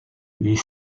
les